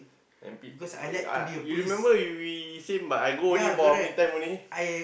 N_P uh you remember you we same but I go only for how many time only